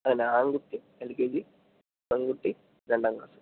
അതെന്നെ ആൺകുട്ടി L K G പെൺകുട്ടി രണ്ടാം ക്ലാസ്സ്